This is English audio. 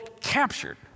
captured